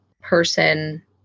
person